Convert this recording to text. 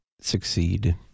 succeed